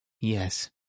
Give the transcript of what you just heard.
yes